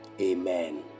amen